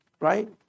Right